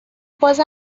باز